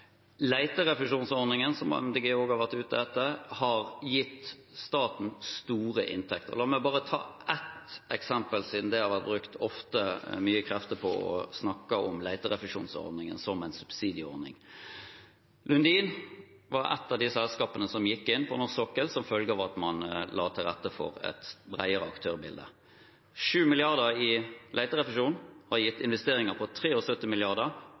som MDG også har vært ute etter, har gitt staten store inntekter. La meg bare ta ett eksempel, siden det ofte har vært brukt mye krefter på å snakke om leterefusjonsordningen som en subsidieordning. Lundin var et av de selskapene som gikk inn på norsk sokkel som følge av at man la til rette for et bredere aktørbilde. 7 mrd. kr i leterefusjon har gitt investeringer på